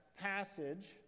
passage